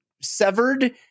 severed